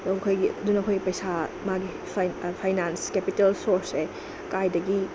ꯑꯗꯨꯝ ꯑꯩꯈꯣꯏꯒꯤ ꯑꯗꯨꯅ ꯑꯩꯈꯣꯏ ꯄꯩꯁꯥ ꯃꯥꯒꯤ ꯐꯥꯏꯅꯥꯟꯁ ꯀꯦꯄꯤꯇꯦꯜ ꯁꯣꯔꯁꯁꯦ ꯀꯥꯏꯗꯒꯤ